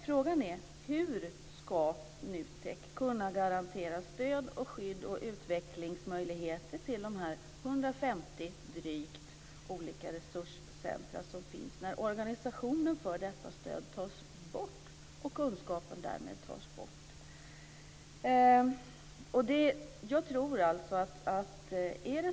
Frågan är: Hur ska NUTEK kunna garantera stöd, skydd och utvecklingsmöjligheter för de drygt 150 olika resurscentra som finns när organisationen för detta stöd tas bort och kunskapen försvinner?